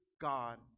God